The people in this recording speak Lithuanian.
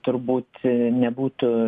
turbūt nebūtų